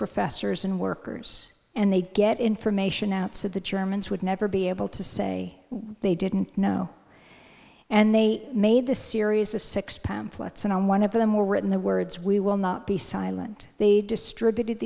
professors and workers and they'd get information out so the germans would never be able to say they didn't know and they made this series of six pamphlets and on one of them were written the words we will not be silent they distributed